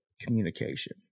communication